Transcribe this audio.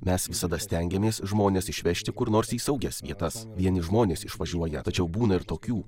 mes visada stengiamės žmones išvežti kur nors į saugias vietas vieni žmonės išvažiuoja tačiau būna ir tokių